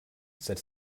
said